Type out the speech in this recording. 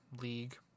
League